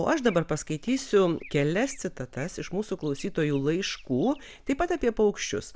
o aš dabar paskaitysiu kelias citatas iš mūsų klausytojų laiškų taip pat apie paukščius